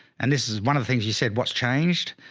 and this is one of the things you said, what's changed,